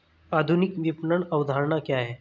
आधुनिक विपणन अवधारणा क्या है?